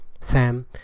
Sam